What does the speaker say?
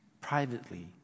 privately